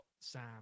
Sam